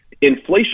Inflation